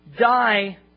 die